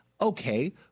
Okay